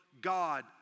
God